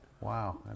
Wow